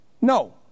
no